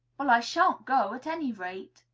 well, i sha'n't go, at any rate,